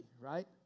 right